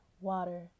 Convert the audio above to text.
water